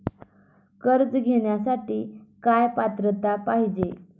कर्ज घेण्यासाठी काय पात्रता पाहिजे?